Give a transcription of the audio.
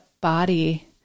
body